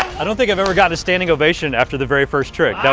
i don't think i've ever gotten a standing ovation after the very first trick. that